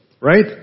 right